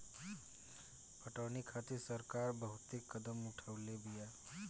पटौनी खातिर सरकार बहुते कदम उठवले बिया